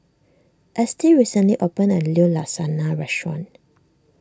Estie recently opened a new Lasagna restaurant